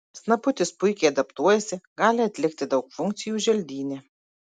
snaputis puikiai adaptuojasi gali atlikti daug funkcijų želdyne